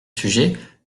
sujet